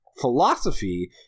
philosophy